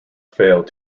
failed